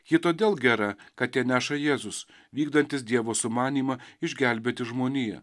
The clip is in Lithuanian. ji todėl gera kad ją neša jėzus vykdantis dievo sumanymą išgelbėti žmoniją